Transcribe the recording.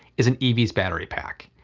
is an ev's battery pack.